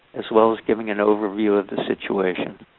as well as giving an overview of the situation.